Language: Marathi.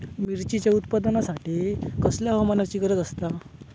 मिरचीच्या उत्पादनासाठी कसल्या हवामानाची गरज आसता?